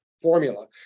formula